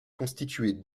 constituée